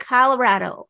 Colorado